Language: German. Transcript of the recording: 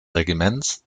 regiments